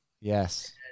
Yes